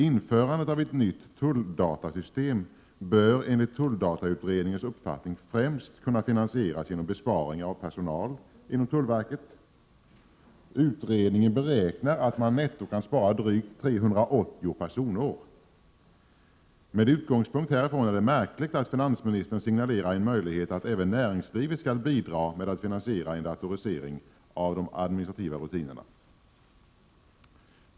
Införandet av ett nytt tulldatasystem bör enligt tulldatautredningen främst kunna finansieras genom besparingar på personalsidan inom tullverket. Utredningen räknar med att man netto kan spara drygt 380 personår. Utifrån den utgångspunkten är det märkligt att finansministern signalerar möjligheten att även näringslivet skall bidra till finansieringen av en datorisering av de administrativa rutinerna.